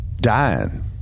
dying